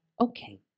Okay